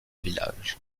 village